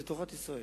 זה תורת ישראל.